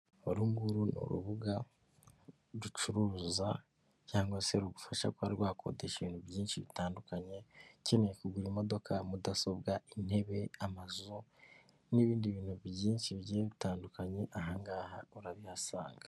Uru nguru ni urubuga rucuruza cyangwa se rugufasha kuba rwakodesha ibintu byinshi bitandukanye ukeneye kugura imodoka, mudasobwa, intebe, amazu n'ibindi bintu byinshi bigiye bitandukanye ahan gaha urabihasanga.